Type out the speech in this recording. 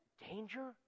danger